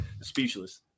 speechless